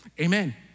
Amen